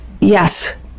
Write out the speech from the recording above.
Yes